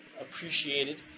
appreciated